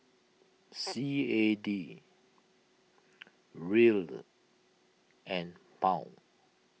C A D Riel and Pound